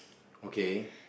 okay